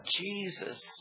Jesus